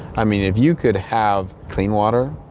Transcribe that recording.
i mean, if you could have clean water,